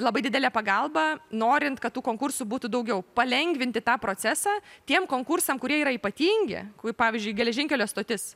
labai didelė pagalba norint kad tų konkursų būtų daugiau palengvinti tą procesą tiem konkursam kurie yra ypatingi kaip pavyzdžiui geležinkelio stotis